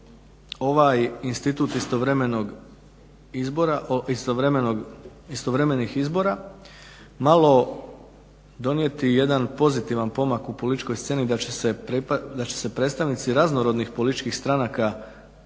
izbora, istovremenih izbora malo donijeti jedan pozitivan pomak u političkoj sceni, da će se predstavnici raznorodnih političkih stranaka